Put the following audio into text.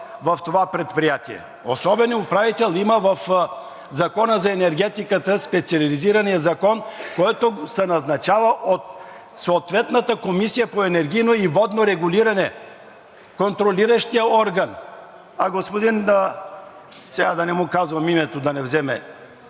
в това предприятие. Особен управител има в Закона за енергетиката – специализирания закон, който се назначава от съответната Комисия за енергийно и водно регулиране – контролиращия орган! А господин – сега да не му казвам името, да не вземе